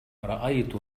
رأيت